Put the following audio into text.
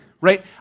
right